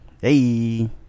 Hey